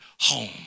home